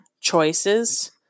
choices